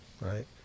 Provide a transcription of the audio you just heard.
right